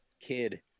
kid